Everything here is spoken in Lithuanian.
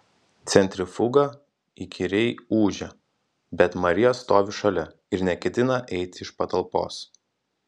centrifuga įkyriai ūžia bet marija stovi šalia ir neketina eiti iš patalpos